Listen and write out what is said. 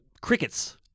crickets